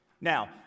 Now